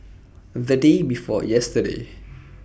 The Day before yesterday